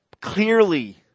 clearly